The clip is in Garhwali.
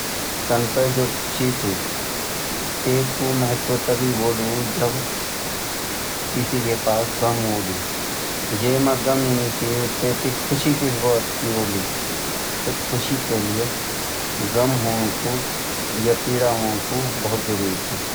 यथार्थ ख़ुशी पीड़ा का बिना मिल सकदी। हालांकि यू थोड़ा असंभव सा लगदू। लेकिन जीवन मा आप कितना खुश छन यू महत्त्वपूर्ण नी बल्कि आपकी वजह सी कितना लोग खुश छन यू महत्त्वपूर्ण च। दूसरों की ख़ुशी मा हम अपणी ख़ुशी ढूँढदा त हम थें बिना पीड़ा का ख़ुशी प्राप्त ह्वे सकदी।